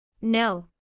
No